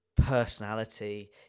personality